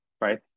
right